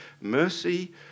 Mercy